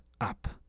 up